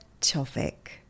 topic